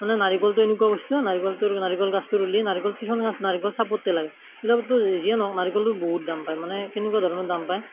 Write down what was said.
মানে নাৰিকলটো এনেকুৱা বস্তু নাৰিকলটো নাৰিকল গছটো ৰুলে নাৰিকল কিছুমান গছ নাৰিকল চাপৰতে লাগে কিছুমান বস্তু যিয়ে নহওক নাৰিকলটো বহুত দাম পায় মানে কেনেকুৱা ধৰণৰ দাম পায়